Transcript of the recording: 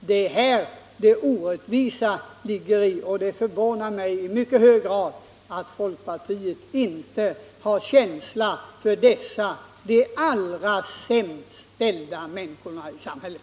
Det är här det orättvisa ligger, och det förvånar mig i mycket hög grad att folkpartiet inte har känsla för dessa de allra sämst ställda människorna i samhället.